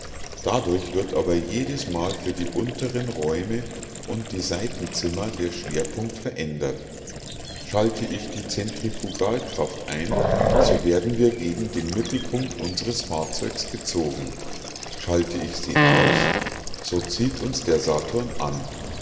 dadurch wird aber jedesmal für die unteren räume und die seitenzimmer der schwerpunkt verändert schalte ich die zentrifugalkraft ein so werden wir gegen den mittelpunkt unsres fahrzeugs gezogen schalte ich sie aus so zieht uns der saturn an